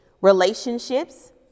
relationships